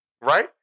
right